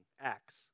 acts